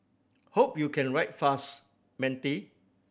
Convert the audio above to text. hope you can write fast matey